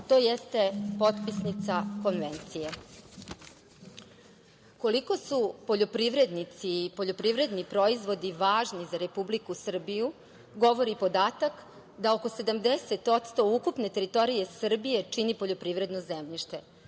tj. potpisnica Konvencije. Koliko su poljoprivrednici i poljoprivredni proizvodi važni za Republiku Srbiju govori i podatak da oko 70% ukupne teritorije Srbije čini poljoprivredno zemljište,